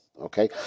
okay